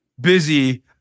busy